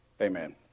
Amen